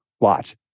lot